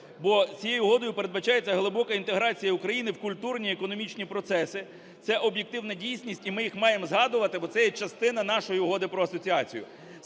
бо цією угодою передбачається глибока інтеграція України в культурні, економічні процеси. Це об'єктивна дійсність і ми їх маємо згадувати, бо це є частина нашої Угоди про асоціацію.